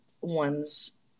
one's